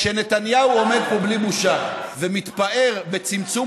כשנתניהו עומד פה בלי בושה ומתפאר בצמצום